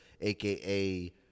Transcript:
aka